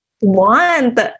want